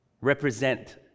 represent